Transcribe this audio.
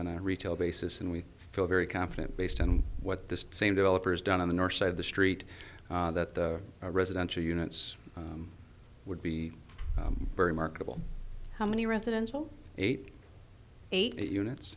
a retail basis and we feel very confident based on what the same developers down on the north side of the street that the residential units would be very marketable how many residential eight eight units